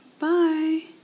bye